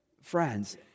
friends